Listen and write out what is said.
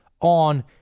on